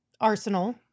arsenal